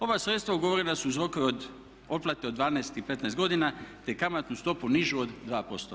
Ova sredstva ugovorena su uz rokove otplate od 12 i 15 godina, te kamatnu stopu nižu od 2%